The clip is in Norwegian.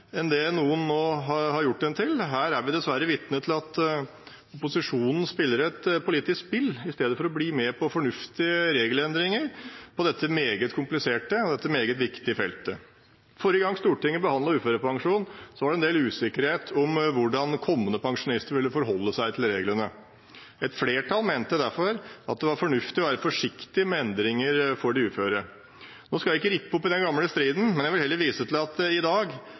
enn det noen nå har gjort den til. Her er vi dessverre vitne til at opposisjonen spiller et politisk spill, istedenfor å bli med på fornuftige regelendringer på dette meget kompliserte og meget viktige feltet. Forrige gang Stortinget behandlet uførepensjon var det en del usikkerhet om hvordan kommende pensjonister ville forholde seg til reglene. Et flertall mente derfor at det var fornuftig å være forsiktig med endringer for de uføre. Nå skal jeg ikke rippe opp i den gamle striden, men vil heller vise til at det i dag